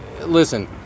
Listen